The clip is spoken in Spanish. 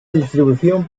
distribución